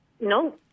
No